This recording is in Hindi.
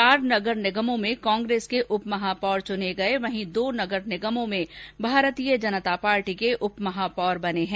चार नगर निगमों में कांग्रेस के उप महापौर चुने गये वहीं दो नगर निगमों में भारतीय जनता पार्टी के उप महापौर बने हैं